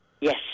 Yes